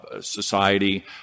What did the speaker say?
society